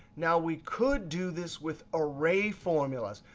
now, we could do this with array formulas.